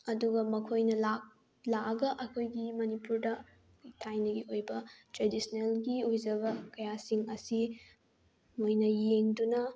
ꯑꯗꯨꯒ ꯃꯈꯣꯏꯅ ꯂꯥꯛꯑꯒ ꯑꯩꯈꯣꯏꯒꯤ ꯃꯅꯤꯄꯨꯔꯗ ꯊꯥꯏꯅꯒꯤ ꯑꯣꯏꯕ ꯇ꯭ꯔꯦꯗꯤꯁꯅꯦꯜꯒꯤ ꯑꯣꯏꯖꯕ ꯀꯌꯥꯁꯤꯡ ꯑꯁꯤ ꯃꯣꯏꯅ ꯌꯦꯡꯗꯨꯅ